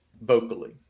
vocally